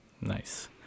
nice